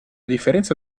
differenza